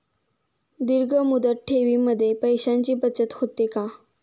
दीर्घ मुदत ठेवीमध्ये पैशांची बचत होते का?